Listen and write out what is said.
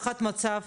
חבר הכנסת